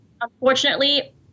unfortunately